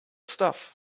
stuff